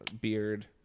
beard